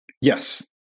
Yes